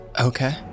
Okay